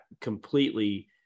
completely